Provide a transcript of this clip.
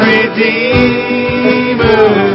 Redeemer